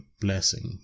blessing